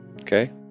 okay